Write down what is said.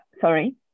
sorry